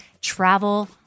travel